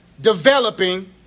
developing